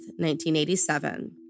1987